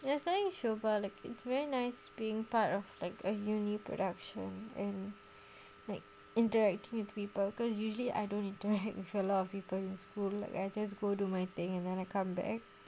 yesterday show bar like it's very nice being part of like a new new production and like interacting with people cause usually I don't interact with a lot of people in school like I just go do my thing and then I come back